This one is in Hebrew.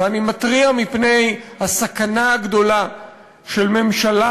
ואני מתריע מפני הסכנה הגדולה של ממשלה